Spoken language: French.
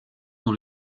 dans